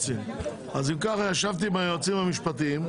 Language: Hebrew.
ישבתי עם היועצים המשפטיים.